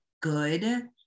good